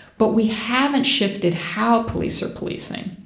but we haven't shifted how police are policing.